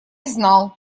знал